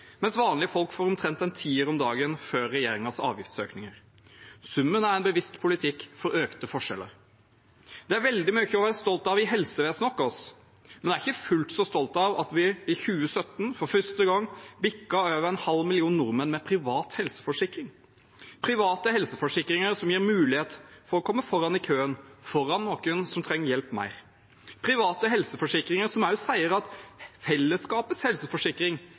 mens vanlige folk får omtrent en tier om dagen før regjeringens avgiftsøkninger? Summen er en bevisst politikk for økte forskjeller. Det er veldig mye å være stolt av i helsevesenet vårt, men jeg er ikke fullt så stolt av at vi i 2017 for første gang bikket over en halv million nordmenn med privat helseforsikring. Private helseforsikringer gir mulighet til å komme foran i køen – foran noen som trenger hjelp mer. Private helseforsikringer sier også at fellesskapets helseforsikring